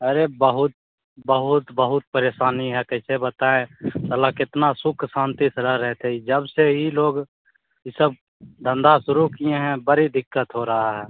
अरे बहुत बहुत बहुत परेशानी है कैसे बताए साला कितना सुख शांति से रह रहे थे इ जब से इ लोग इ सब धंधा शुरू किए हैं बड़ी दिक्कत हो रही है